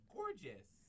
gorgeous